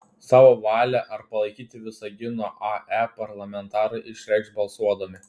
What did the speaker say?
savo valią ar palaikyti visagino ae parlamentarai išreikš balsuodami